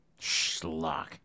Schlock